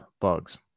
Bugs